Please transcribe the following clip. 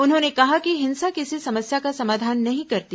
उन्होंने कहा कि हिंसा किसी समस्या का समाधान नहीं करती